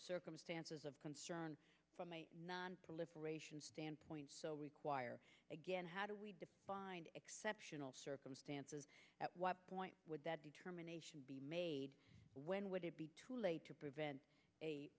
circumstances of concern nonproliferation standpoint so require again how do we find exceptional circumstances at what point would that determination be made when would it be too late to prevent a